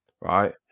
right